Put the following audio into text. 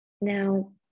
Now